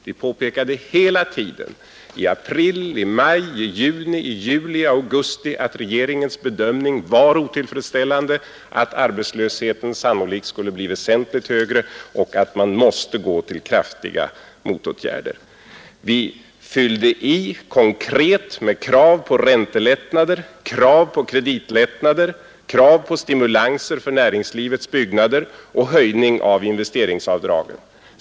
Vi påpekade hela tiden — i april, maj, juni, juli och augusti — att regeringens bedömning var otillfredsställande, att arbetslösheten sannolikt skulle bli väsentligt större och att man måste vidta kraftiga motåtgärder. Vi fyllde i konkret med krav på räntelättnader, krav på kreditlättnader, krav på stimulanser för näringslivets byggnader och höjning av investeringsavdragen.